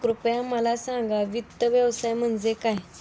कृपया मला सांगा वित्त व्यवसाय म्हणजे काय?